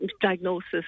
Diagnosis